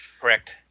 Correct